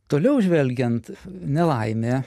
toliau žvelgiant nelaimė